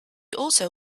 also